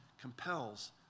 compels